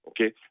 Okay